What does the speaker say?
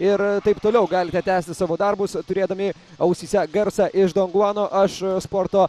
ir taip toliau galite tęsti savo darbus turėdami ausyse garsą iš donguano aš sporto